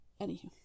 Anywho